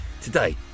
today